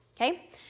okay